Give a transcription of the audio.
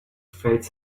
freight